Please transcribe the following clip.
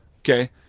Okay